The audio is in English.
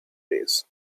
days